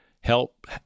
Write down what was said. help